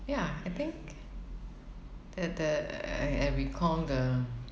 ya I think that the I I recall the